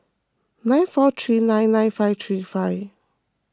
nine four three nine nine five three five